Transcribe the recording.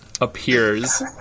appears